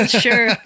Sure